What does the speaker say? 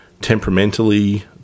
Temperamentally